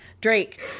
Drake